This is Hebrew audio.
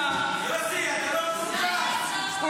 אלמוג,